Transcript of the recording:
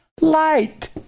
light